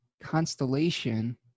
constellation